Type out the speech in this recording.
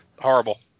horrible